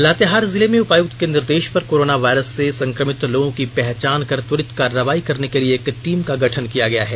लातेहार जिले में उपायुक्त के निर्देष पर कोरोना वायरस से संक्रमित लोगों की पहचान कर त्वरित कार्रवाई करने के लिए एक टीम का गठन किया गया है